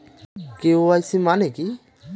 KYC মানে কি?